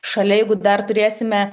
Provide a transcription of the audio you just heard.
šalia jeigu dar turėsime